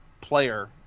player